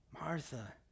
Martha